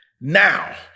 Now